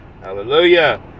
hallelujah